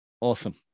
Awesome